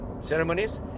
ceremonies